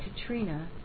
Katrina